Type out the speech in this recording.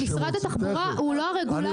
אבל משרד התחבורה הוא לא הרגולטור.